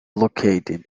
located